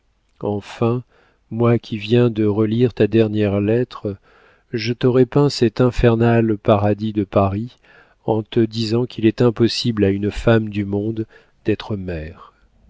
enfin moi qui viens de relire ta dernière lettre je t'aurai peint cet infernal paradis de paris en te disant qu'il est impossible à une femme du monde d'être mère